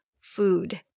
food